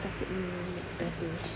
aku takut ni mac terjatuh